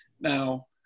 Now